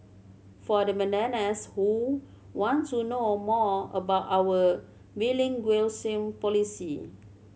for the bananas who want to know more about our bilingualism policy